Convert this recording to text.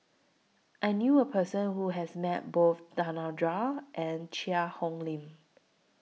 I knew A Person Who has Met Both Danaraj and Cheang Hong Lim